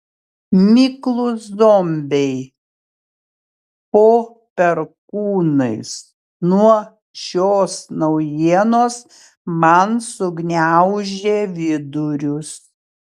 miklūs zombiai po perkūnais nuo šios naujienos man sugniaužė vidurius